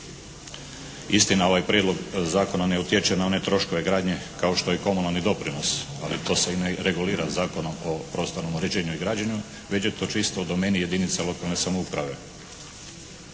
Istina, ovaj prijedlog zakona ne utječe na one troškove gradnje kao što je komunalni doprinos ali to se i ne regulira Zakonom o prostornom uređenju i građenju već je to čisto u domeni jedinica lokalne samouprave.